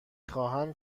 خواهم